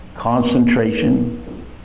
concentration